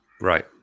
Right